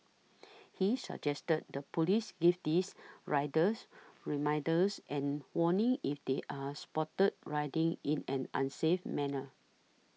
he suggested the police give these riders reminders and warnings if they are spotted riding in an unsafe manner